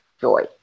joy